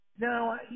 No